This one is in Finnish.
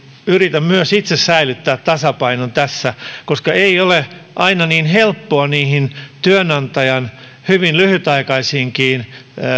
yritän myös itse säilyttää tasapainon tässä koska ei ole aina niin helppoa työnantajan hyvin lyhytaikaisiinkin